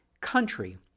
country